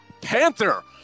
panther